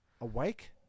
Awake